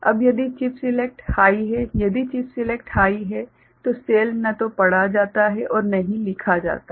अब यदि chip select high है यदि चिप सेलेक्ट हाइ है तो सेल न तो पढ़ा जाता है और न ही लिखा जाता है